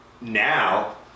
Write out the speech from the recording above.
Now